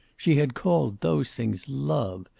she had called those things love,